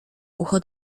ucho